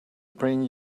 bring